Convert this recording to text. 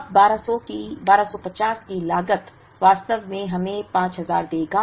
अब 1250 की लागत वास्तव में हमें 5000 देगा